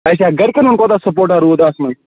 اچھا گَرِکٮ۪ن ہُنٛد کوتاہ سَپوٹاہ روٗد اَتھ منٛز